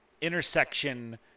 intersection